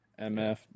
MF